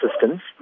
assistance